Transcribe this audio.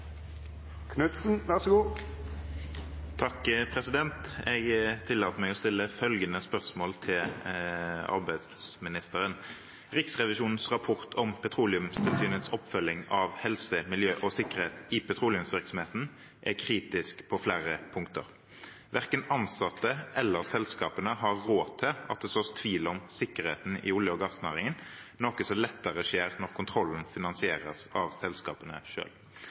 sikkerhet i petroleumsvirksomheten er kritisk på flere punkter. Hverken ansatte eller selskapene har råd til at det sås tvil om sikkerheten i olje- og gassnæringen, noe som lettere skjer når kontrollen finansieres av selskapene